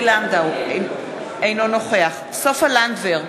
אינו נוכח סופה לנדבר,